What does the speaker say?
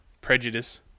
prejudice